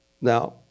Now